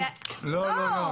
הבנו.